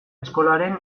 eskolaren